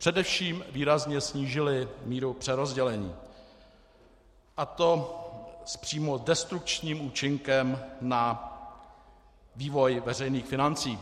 Především výrazně snížily míru přerozdělení, a to s přímo destrukčním účinkem na vývoj veřejných financí.